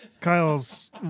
Kyle's